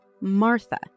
Martha